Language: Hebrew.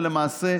ולמעשה,